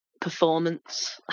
performance